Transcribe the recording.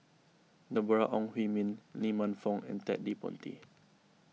Deborah Ong Hui Min Lee Man Fong and Ted De Ponti